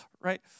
Right